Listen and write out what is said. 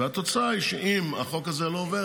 והתוצאה היא שאם החוק הזה לא עובר,